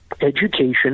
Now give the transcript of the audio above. Education